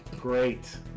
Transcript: great